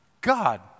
God